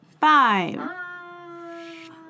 five